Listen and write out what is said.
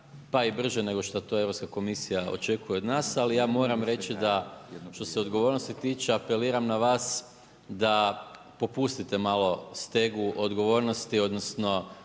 pa i brže nego što to Europska komisija očekuje od nas, ali ja moram reći da što se odgovornosti tiče, apeliram na vas da popustite malo stegu odgovornosti odnosno